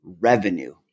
revenue